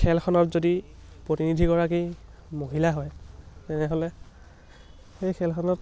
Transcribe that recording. খেলখনত যদি প্ৰতিনিধিগৰাকী মহিলা হয় তেনেহ'লে সেই খেলখনত